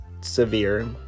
severe